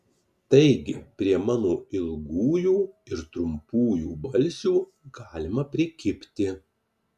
taigi prie mano ilgųjų ir trumpųjų balsių galima prikibti